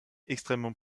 extrêmement